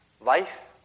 life